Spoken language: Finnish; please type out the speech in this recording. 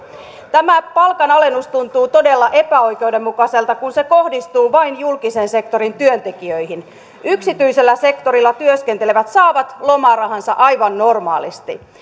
tämä palkanalennus tuntuu todella epäoikeudenmukaiselta kun se kohdistuu vain julkisen sektorin työntekijöihin yksityisellä sektorilla työskentelevät saavat lomarahansa aivan normaalisti